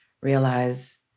realize